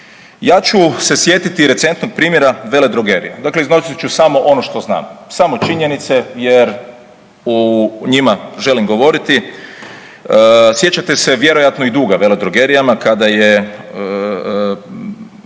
Ja ću se sjetiti recentnog primjera veledrogerija, dakle iznosit ću samo ono što znam, samo činjenice jer o njima želim govoriti. Sjećate se vjerojatno i duga veledrogerijama kada je,